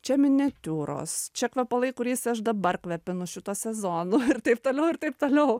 čia miniatiūros čia kvepalai kuriais aš dabar kvepinu šituo sezonu ir taip toliau ir taip toliau